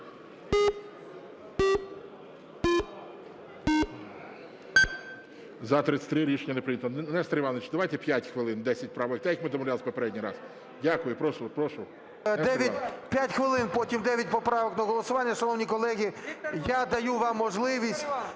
За-33 Рішення не прийнято. Нестор Іванович, давайте 5 хвилин, 10 правок, так як ми домовлялися попередній раз. Дякую. Прошу. 23:00:27 ШУФРИЧ Н.І. 5 хвилин, потім 9 поправок на голосування. Шановні колеги, я даю вам можливість